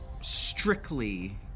strictly